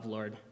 Lord